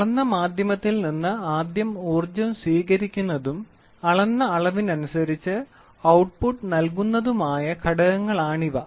അളന്ന മാധ്യമത്തിൽ നിന്ന് ആദ്യം ഊർജ്ജം സ്വീകരിക്കുന്നതും അളന്ന അളവനുസരിച്ച് ഔട്ട്പുട്ട് നൽകുന്നതുമായ ഘടകങ്ങളാണിവ